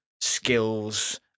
skills